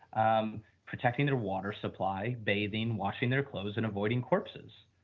um protecting their water supply, bathing, washing their clothes and avoiding corpses.